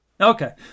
Okay